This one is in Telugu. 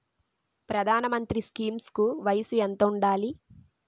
ప్రధాన మంత్రి స్కీమ్స్ కి వయసు ఎంత ఉండాలి?